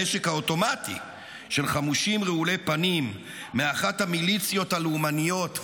הנשק האוטומטי של חמושים רעולי פנים מאחת המיליציות הלאומניות,